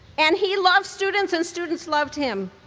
and he loved students and students loved him.